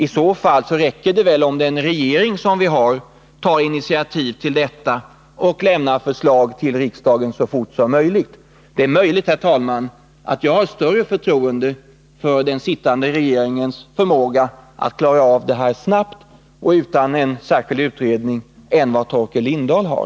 I så fall borde det räcka med att den regering vi har tar initiativ till detta och lämnar förslag till riksdagen så snart som möjligt. Jag har kanske större förtroende för den sittande regeringens förmåga att klara av detta snabbt och utan någon särskild utredning än vad Torkel Lindahl har.